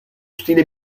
stile